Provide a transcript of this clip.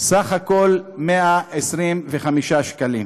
סך הכול 125 שקלים.